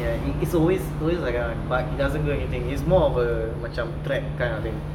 ya it's always always like that [one] it doesn't do anything is more of a macam threat kind of thing